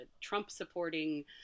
Trump-supporting